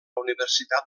universitat